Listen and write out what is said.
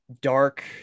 dark